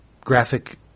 graphic